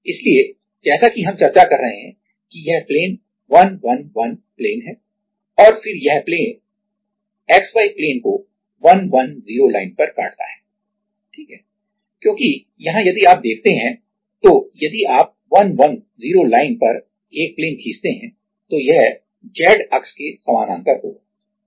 इसलिए जैसा कि हम चर्चा कर रहे हैं कि यह प्लेन 111 प्लेन है और फिर यह 111 प्लेन XY प्लेन को 110 लाइन पर काटता है सही क्योंकि यहां यदि आप देखते हैं तो यदि आप 110 लाइन पर एक प्लेन खींचते हैं तो यह Z अक्ष के समानांतर होगा